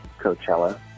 Coachella